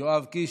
יואב קיש.